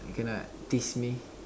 they cannot tease me